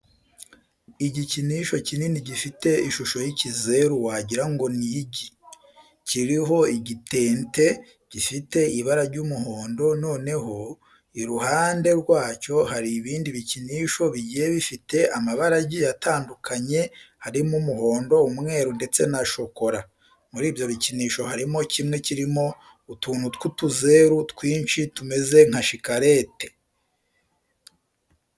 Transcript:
Igikinisho kinini gifite ishusho y'ikizeru wagira ngo ni igi, kiriho igitente gifite ibara ry'umuhondo, noneho iruhande rwacyo hari ibindi bikinisho bigiye bifite amabara agiye atandukanye harimo umuhondo, umweru ndetse na shokora. Muri ibyo bikinisho harimo kimwe kirimo utuntu tw'utuzeru twinshi tumeze nka shikarete.